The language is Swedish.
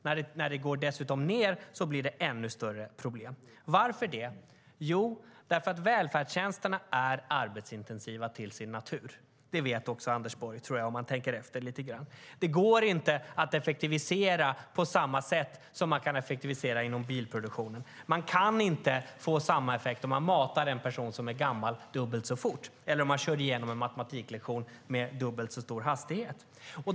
När det dessutom går ned blir det ännu större problem. Varför det? Jo, välfärdstjänsterna är arbetsintensiva till sin natur. Det vet också Anders Borg, tror jag, om han tänker efter lite grann. Det går inte att effektivisera på samma sätt som man kan effektivisera inom bilproduktionen. Man kan inte få samma effekt om man matar en gammal person dubbelt så fort eller om man kör igenom en matematiklektion med dubbelt så hög hastighet.